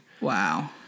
Wow